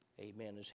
Amen